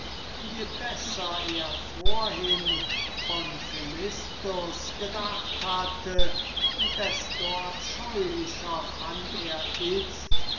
je besser er vorhin von philistus gedacht hatte desto abscheulicher fand er itzt